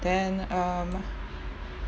then um